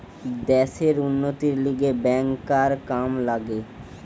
দ্যাশের উন্নতির লিগে ব্যাংকার কাম লাগে